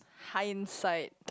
hindsight